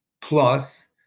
plus